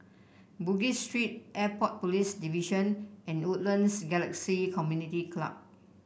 Bugis Street Airport Police Division and Woodlands Galaxy Community Club